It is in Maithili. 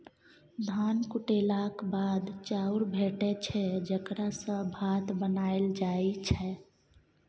धान कुटेलाक बाद चाउर भेटै छै जकरा सँ भात बनाएल जाइ छै